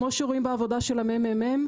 כמו שרואים בעבודה של הממ"מ,